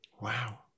Wow